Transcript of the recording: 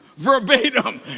Verbatim